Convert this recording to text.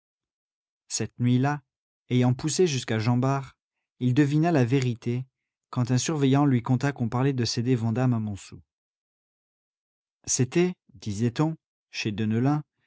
cette nuit-là ayant poussé jusqu'à jean bart il devina la vérité quand un surveillant lui conta qu'on parlait de céder vandame à montsou c'était disait-on chez